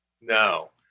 No